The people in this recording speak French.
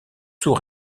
sous